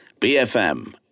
BFM